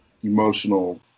emotional